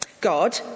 God